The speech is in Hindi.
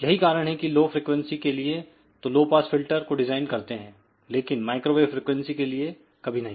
यही कारण है की लो फ्रिकवेंसी के लिए तो ऑल पास फिल्टर को डिजाइन करते हैं लेकिन माइक्रोवेव फ्रिकवेंसी के लिए कभी नहीं